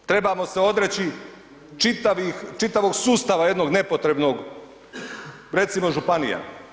Trebamo se odreći čitavog sustava jednog nepotrebnog, recimo županija.